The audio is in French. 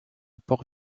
port